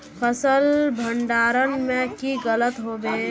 फसल भण्डारण में की लगत होबे?